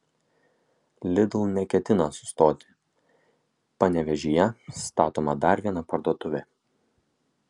lidl neketina sustoti panevėžyje statoma dar viena parduotuvė